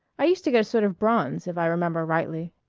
i used to get a sort of bronze, if i remember rightly.